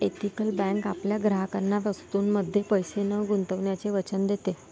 ethical bank आपल्या ग्राहकांना वस्तूंमध्ये पैसे न गुंतवण्याचे वचन देते